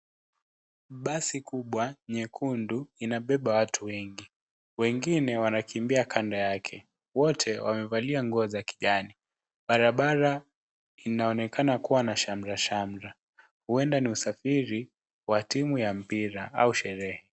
Basi kubwa nyekundu inabeba watu wengi. Wengine wanakimbia kando yake. Wote wamevalia nguo za kijani. Barabara inaonekana kuwa na shamrashamra, huenda ni usafiri wa timu ya mpira au sherehe.